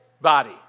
body